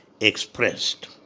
expressed